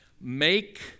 Make